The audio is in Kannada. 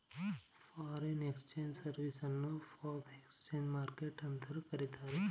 ಫಾರಿನ್ ಎಕ್ಸ್ಚೇಂಜ್ ಸರ್ವಿಸ್ ಅನ್ನು ಫಾರ್ಎಕ್ಸ್ ಮಾರ್ಕೆಟ್ ಅಂತಲೂ ಕರಿತಾರೆ